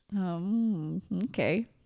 Okay